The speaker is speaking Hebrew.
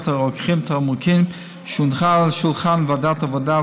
הרוקחים (תמרוקים) שהונחה על שולחן ועדת העבודה,